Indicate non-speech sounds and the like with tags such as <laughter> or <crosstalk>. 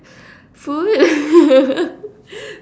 food <laughs>